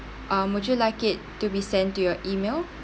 um would you like it to be sent to your email